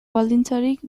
baldintzarik